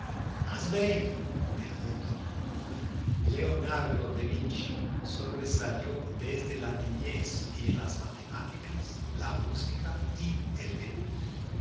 más bello del mundo leonardo de vinci sobresalió desde la niñez en las matemáticas la música y el dibujo